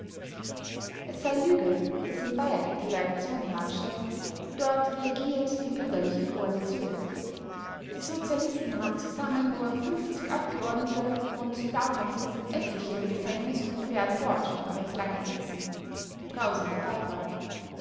es sei lüge daß in bayern die reaktion herrsche dort regiert die bürgerliche koalition die sozialisten haben zusammen nur fünfzig abgeordnete und davon sitzen etliche im gefängnis und werden dort noch recht lange sitzen brausender beifall der